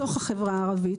מתוך החברה הערבית,